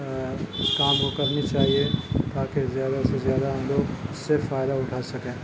کام کو کرنی چاہیے تاکہ زیادہ سے زیادہ لوگ اس سے فائدہ اٹھا سکیں